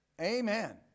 Amen